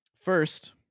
First